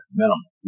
minimum